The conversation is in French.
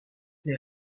les